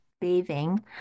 bathing